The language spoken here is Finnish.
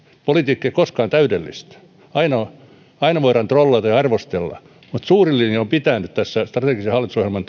politiikka ei ole koskaan täydellistä aina voidaan trollata ja arvostella mutta suurin linja on pitänyt tässä strategisen hallitusohjelman